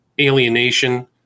alienation